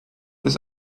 ist